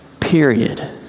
period